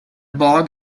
bog